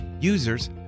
Users